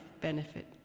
benefit